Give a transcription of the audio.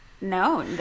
no